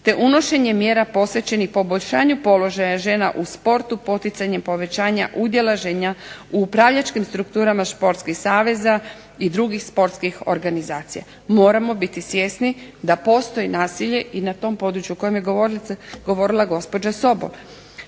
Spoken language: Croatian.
te unošenje mjera posvećenih poboljšanju položaja žena u sportu, poticanjem povećanja udjela žena u upravljačkim strukturama športskih saveza i drugih športskih organizacija. Moramo biti svjesni da postoji nasilje i na tom području o kojem je govorila gospođa Sobol.